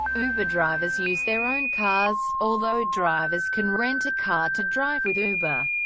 uber drivers use their own cars, although drivers can rent a car to drive with uber.